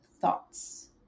Thoughts